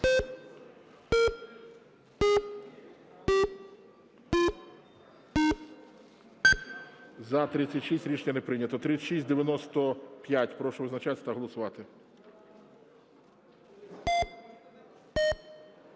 За-36 Рішення не прийнято. 3695. Прошу визначатись та голосувати.